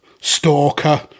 stalker